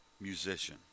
musician